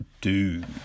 dude